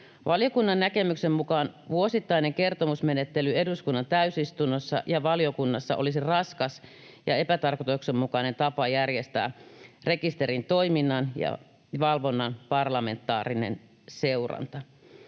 Valiokunnan näkemyksen mukaan vuosittainen kertomusmenettely eduskunnan täysistunnossa ja valiokunnassa olisi raskas ja epätarkoituksenmukainen tapa järjestää rekisterin toiminnan ja valvonnan parlamentaarinen seuranta.